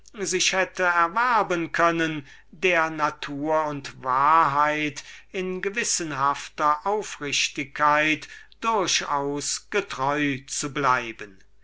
sich hätte erwerben können der natur und wahrheit in gewissenhafter aufrichtigkeit durchaus getreu zu bleiben